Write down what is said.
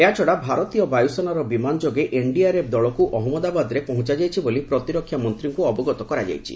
ଏହାଛଡ଼ା ଭାରତୀୟ ବାୟୁସେନାର ବିମାନ ଯୋଗେ ଏନ୍ଡିଆର୍ଏଫ୍ ଦଳକୁ ଅହମ୍ମଦାବାଦରେ ପହଞ୍ଚାଯାଇଛି ବୋଲି ପ୍ରତିରକ୍ଷା ମନ୍ତ୍ରୀଙ୍କୁ ଅବଗତ କରାଯାଇଛି